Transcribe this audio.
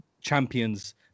champions